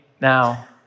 now